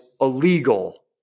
illegal